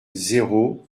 zéro